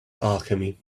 alchemy